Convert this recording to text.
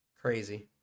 Crazy